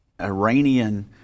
Iranian